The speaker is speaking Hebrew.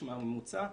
מהממוצע,